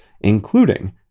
including